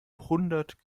hundert